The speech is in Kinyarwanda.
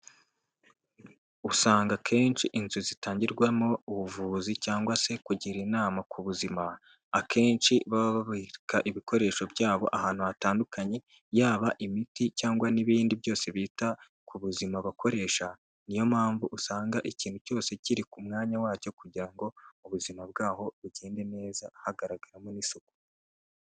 Usanga akenshi inzu zitangirwamo ubuvuzi cyangwa se kugira inama ku buzima, akenshi baba babika ibikoresho byabo ahantu hatandukanye, yaba imiti cyangwa n'ibindi byose byita ku buzima bakoresha, niyo mpamvu usanga ikintu cyose kiri mu mwanya wacyo, kugira ngo ubuzima bwabo bugende neza hagaragaramo n'isuku